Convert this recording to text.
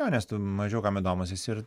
jo nes tu mažiau kam įdomus esi ir